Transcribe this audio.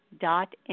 dot